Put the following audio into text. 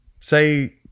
say